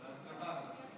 בהצלחה.